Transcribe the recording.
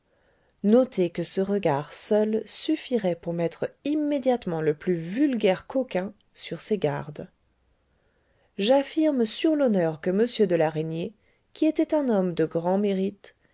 notez que ce regard seul suffirait pour mettre immédiatement le plus vulgaire coquin sur ses gardes j'affirme sur l'honneur que m de la reynie qui était un homme de grand mérite